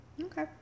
Okay